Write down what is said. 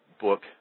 book